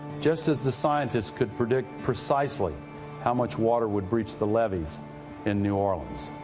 just as the scientists could predict precisely how much water would breach the levees in new orleans.